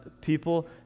people